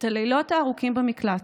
את הלילות הארוכים במקלט,